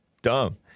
Dumb